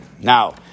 Now